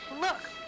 Look